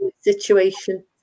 situation